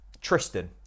Tristan